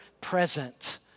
present